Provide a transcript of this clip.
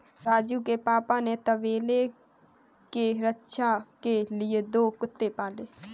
राजू के पापा ने तबेले के रक्षा के लिए दो कुत्ते पाले हैं